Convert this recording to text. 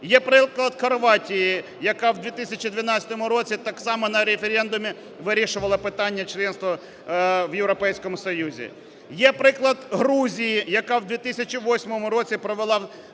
Є приклад Хорватії, яка в 2012 році так само на референдумі вирішувала питання членства в Європейському Союзі. Є приклад Грузії, яка в 2008 році провела